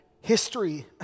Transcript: history